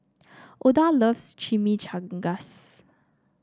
Oda loves Chimichangas